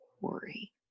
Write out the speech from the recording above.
worry